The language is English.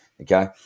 okay